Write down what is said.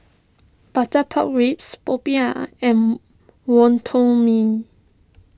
Butter Pork Ribs Popiah and Wonton Mee